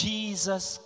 Jesus